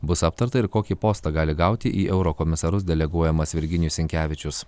bus aptarta ir kokį postą gali gauti į eurokomisarus deleguojamas virginijus sinkevičius